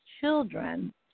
children